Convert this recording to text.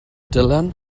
dylan